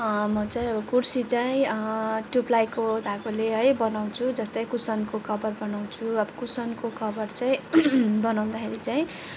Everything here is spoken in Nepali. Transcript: म चाहिँ अब कुर्सी चाहिँ टू प्लाईको धागोले है बनाउँछु जस्तै कुसनको कभर बनाउँछु अब कुसनको कभर चाहिँ बनाउँदाखेरि चाहिँ